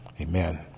Amen